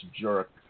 jerk